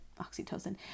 oxytocin